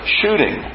shooting